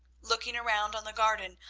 looking around on the garden,